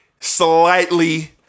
slightly